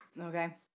Okay